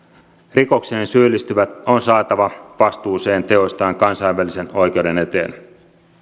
rikokseen syyllistyvät on saatava vastuuseen teoistaan kansainvälisen oikeuden eteen